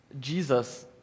Jesus